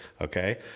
okay